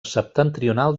septentrional